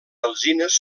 alzines